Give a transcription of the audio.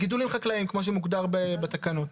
גידולים חקלאיים כמו שמוגדר בתקנות.